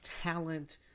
talent